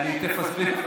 אני אגיד לכם,